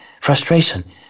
frustration